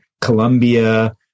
Colombia